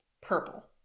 Purple